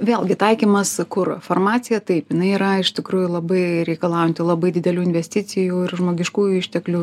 vėlgi taikymas kur farmacija taip jinai yra iš tikrųjų labai reikalaujanti labai didelių investicijų ir žmogiškųjų išteklių